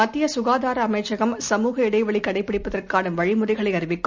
மத்தியக்காதாரஅமைச்சகம் சமுக இடைவெளிகடைபிடிப்பதற்கானவழிமுறைகளைஅறிவிக்கும்